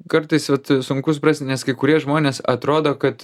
kartais vat sunku suprasti nes kai kurie žmonės atrodo kad